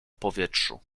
powietrzu